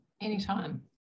Anytime